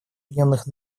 объединенных